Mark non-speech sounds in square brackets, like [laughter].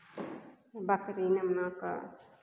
बकरी [unintelligible] मे के